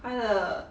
她的